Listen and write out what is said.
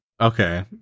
Okay